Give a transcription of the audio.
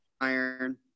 iron